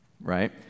right